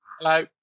Hello